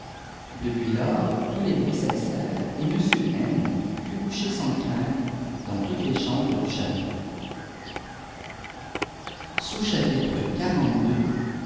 depuis lors tous i bruits cessèrent et m n put coucher sans crainte dans toutes lei chambres du château